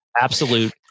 absolute